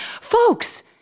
Folks